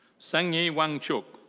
sangye wangchuk.